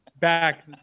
back